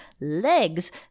legs